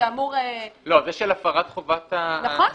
שאמור --- לא זה של הפרת חובת --- נכון,